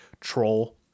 Troll